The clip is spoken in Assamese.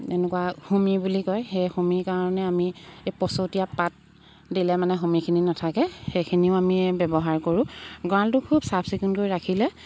এনেকুৱা হুমি বুলি কয় সেই হুমিৰ কাৰণে আমি পচতিয়া পাত দিলে মানে হুমিখিনি নাথাকে সেইখিনিও আমি ব্যৱহাৰ কৰোঁ গঁৰালটো খুব চাফ চিকুণ কৰি ৰাখিলে